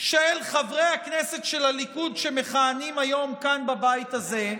של חברי הכנסת של הליכוד שמכהנים היום כאן בבית הזה,